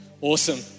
Awesome